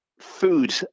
food